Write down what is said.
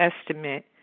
estimate